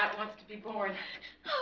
um wants to be born